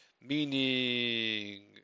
meaning